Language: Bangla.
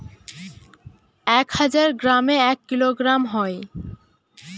এক হাজার গ্রামে এক কিলোগ্রাম হয়